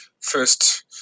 first